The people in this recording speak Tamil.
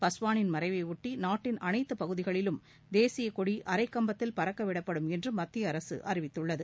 பஸ்வானின் மறைவையொட்டி நாட்டின் அனைத்து பகுதிகளிலும் தேசிய கொடி அரைக் கம்பத்தில் பறக்கவிடப்படும் என்று மத்திய அரசு அறிவித்துள்ளது